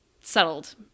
settled